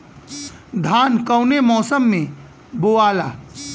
धान कौने मौसम मे बोआला?